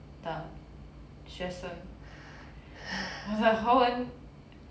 的学生我的华文